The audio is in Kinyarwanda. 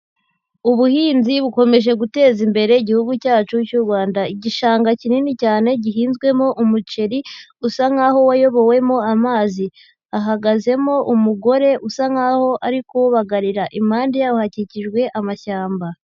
Ubuhinzi bukomeje guteza imbere igihugu cyacu cy'u Rwanda, igishanga kinini cyane gihinzwemo umuceri usa nk'aho wayobowemo amazi, hahagazemo umugore usa nk'aho ari kuwubagarira, impande yawo hakijijwe amashyamba.